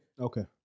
Okay